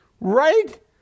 Right